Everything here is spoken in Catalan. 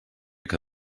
que